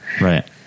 Right